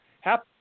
Happy